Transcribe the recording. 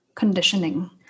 conditioning